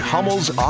Hummel's